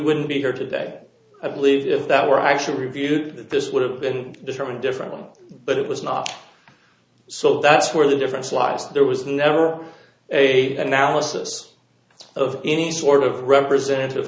wouldn't be here today i believe if that were actually reviewed that this would have been determined differently but it was not so that's where the difference lies there was never a analysis of any sort of represent